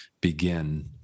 begin